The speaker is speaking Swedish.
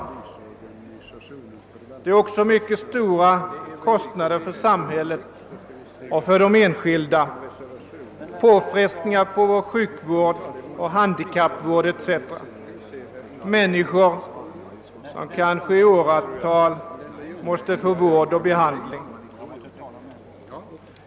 De innebär också mycket stora kostnader för samhället och för de enskilda, liksom påfrestningar på vår sjukvård, handikappvård o.s.v. genom att människor kanske i åratal måste få vård och behandling.